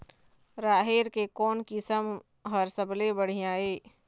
राहेर के कोन किस्म हर सबले बढ़िया ये?